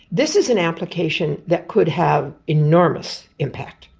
this is an application that could have enormous impact.